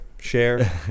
Share